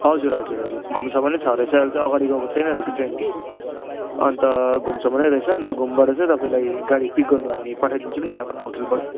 हजुर हजुर हजुर घुमसम्म नै छ रहेछ अहिले चाहिँ अगाडि गएको छैन रहेछ ट्रेन कि अनि त घुमसम्म नै रहेछ अनि त घुमबाट चाहिँ तपाईँलाई गाडी पिक गर्नु हामी पठाइदिन्छौँ नि यहाँबाट होटेलबाट